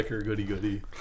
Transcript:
goody-goody